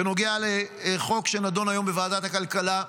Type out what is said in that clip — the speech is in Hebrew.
בנוגע לחוק שנדון היום בוועדת הכלכלה,